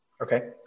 Okay